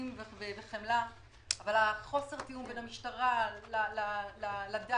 וחמלה אבל חוסר התיאום בין המשטרה לדת,